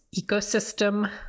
ecosystem